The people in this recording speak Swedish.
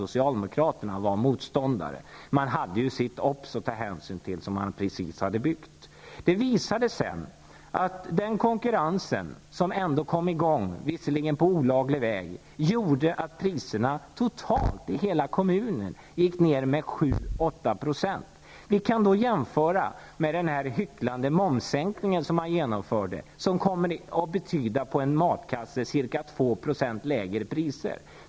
Socialdemokraterna hade ju att ta hänsyn till det nybyggda Obs. Det visade sig sedan att den konkurrens som ändå bildades, visserligen på olaglig väg, gjorde att priserna, totalt i hela kommunen, gick ner med 7--8 %. Det här går att jämföra med den hycklande momssänkningen som har genomförts. För en matkasse innebär det ca 2 % lägre priser.